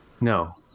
No